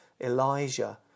Elijah